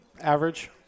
Average